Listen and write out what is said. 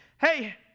Hey